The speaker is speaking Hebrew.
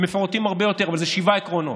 הם מפורטים הרבה יותר, אבל אלה שבעה עקרונות.